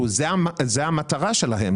זאת כאילו המטרה שלהם.